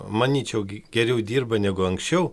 manyčiau geriau dirba negu anksčiau